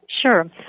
Sure